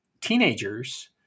teenagers